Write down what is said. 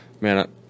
man